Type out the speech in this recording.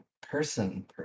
person